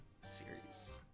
series